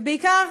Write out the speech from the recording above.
ובעיקר,